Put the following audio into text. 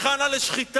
היכן "על השחיטה"?